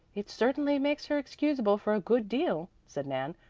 it certainly makes her excusable for a good deal, said nan.